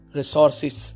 resources